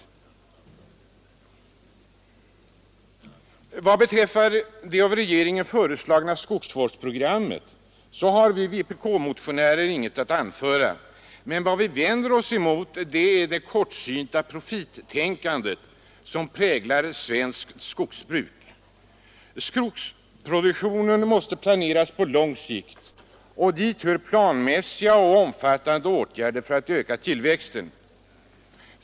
Vad beträffar det av regeringen föreslagna skogsvårdsprogrammet har vi vpk-motionärer inget att anföra. Vad vi vänder oss emot är det kortsynta profittänkande som präglar svenskt skogsbruk. Skogsproduktionen måste planeras på lång sikt, och dit hör planmässiga och omfattande åtgärder för att öka tillväxten.